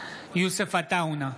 יוסף עטאונה,